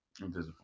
Invisible